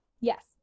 Yes